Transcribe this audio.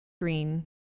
green